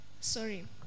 Sorry